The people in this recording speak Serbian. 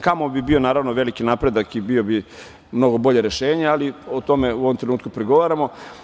Kamov“ bi bio, naravno, veliki napredak i bio bi mnogo bolje rešenje, ali o tome u ovom trenutku pregovaramo.